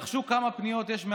זה